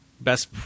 best